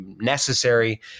necessary